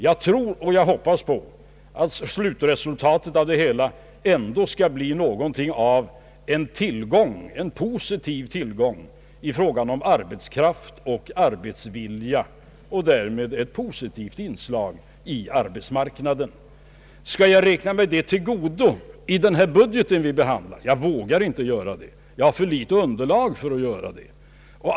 Jag tror och jag hoppas att slutresultatet av det hela ändå skall bli någonting av en positiv tillgång i fråga om arbetskraft och arbetsvilja och därmed ett positivt inslag i arbetsmarknaden. Skall jag räkna mig det till godo i den budget som vi nu behandlar? Jag vågar inte göra det. Jag har för litet underlag för att göra det.